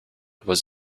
was